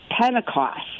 pentecost